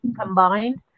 combined